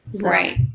right